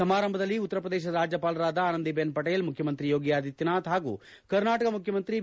ಸಮಾರಂಭದಲ್ಲಿ ಉತ್ತರ ಪ್ರದೇಶ ರಾಜ್ಯಪಾಲರಾದ ಆನಂದಿಬೆನ್ ಪಟೇಲ್ ಮುಖ್ಯಮಂತ್ರಿ ಯೋಗಿ ಆದಿತ್ಯನಾಥ್ ಹಾಗೂ ಕರ್ನಾಟಕ ಮುಖ್ಯಮಂತ್ರಿ ಬಿ